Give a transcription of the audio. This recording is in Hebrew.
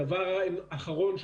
דבר אחרון,